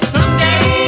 Someday